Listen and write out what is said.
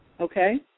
Okay